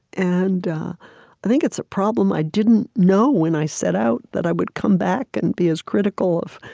and i think it's a problem i didn't know when i set out that i would come back and be as critical of